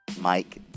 Mike